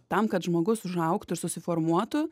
tam kad žmogus užaugtų ir susiformuotų